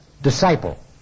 Disciple